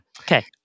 Okay